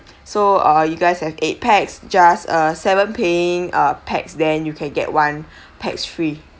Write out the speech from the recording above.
so uh you guys have eight pax just uh seven paying uh pax then you can get one pax free